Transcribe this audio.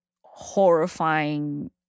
horrifying